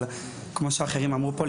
אבל כמו שאחרים אמרו כאן,